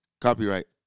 Copyright